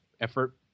effort